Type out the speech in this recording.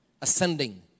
ascending